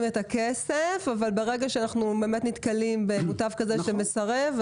את הכסף אבל ברגע שאנחנו נתקלים במוטב כזה שמסרב,